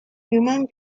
human